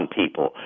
people